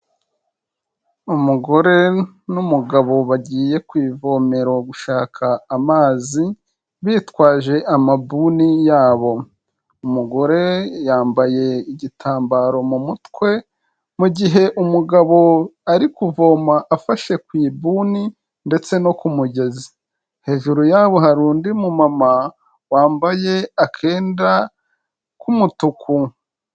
Umugore n'umugabo bagiye ku ivomera gushaka amazi bitwaje amabuni yabo, umugore yambaye igitambaro mu mutwe, mu gihe umugabo ari kuvoma afashe ku ibuni ndetse no ku mugezi, hejuru yabo hari undi mu mumama wambaye akenda k'umutuku.